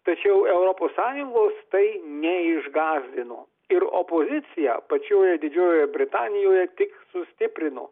tačiau europos sąjungos tai neišgąsdino ir opozicija pačioje didžiojoje britanijoje tik sustiprino